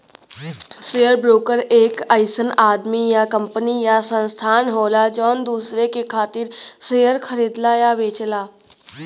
share broker एक अइसन आदमी या कंपनी या संस्थान होला जौन दूसरे के खातिर शेयर खरीदला या बेचला